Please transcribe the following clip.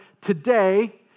today